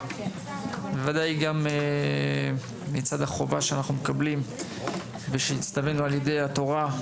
ובוודאי גם החובה שהצטווינו על ידי התורה,